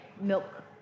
Milk